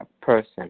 person